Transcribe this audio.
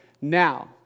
now